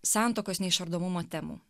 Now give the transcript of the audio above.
santuokos neišardomumo temų